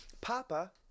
Papa